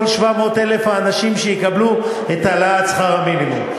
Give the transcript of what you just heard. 700,000 האנשים שיקבלו את העלאת שכר המינימום.